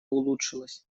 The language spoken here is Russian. улучшилась